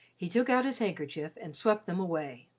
he took out his handkerchief and swept them away.